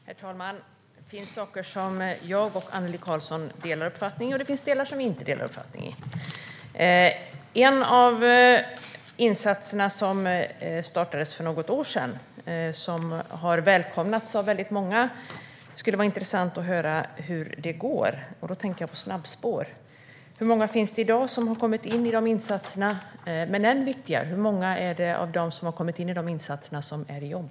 Herr talman! Det finns saker som jag och Annelie Karlsson delar uppfattning om, och det finns saker som vi inte delar uppfattning om. En av insatserna som startades för något år sedan har välkomnats av väldigt många. Det skulle vara intressant att höra hur det går. Jag tänker då på snabbspår. Hur många finns det i dag som har kommit in i de insatserna? Än viktigare är: Hur många är det av dem som kommit in i de insatserna som är i jobb?